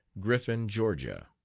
griffin, ga.